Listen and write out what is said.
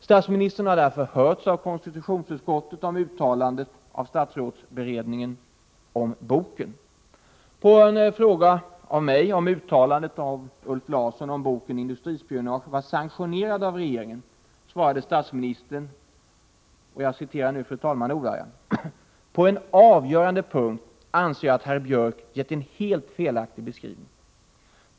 Statsministern har därför hörts av konstitutionsutskottet om det uttalande som statsrådsberedningen gjort om boken. På en fråga av mig om uttalandet av Ulf Larsson om boken Industrispionage var sanktionerat av regeringen svarade statsministern — jag citerar nu ordagrant: ”På en avgörande punkt anser jag att herr Björck ger en helt felaktig beskrivning.